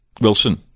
Wilson